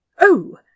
Oh